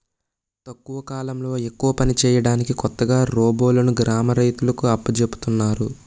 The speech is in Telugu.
తక్కువ కాలంలో ఎక్కువ పని చేయడానికి కొత్తగా రోబోలును గ్రామ రైతులకు అప్పజెపుతున్నారు